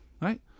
right